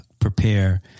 prepare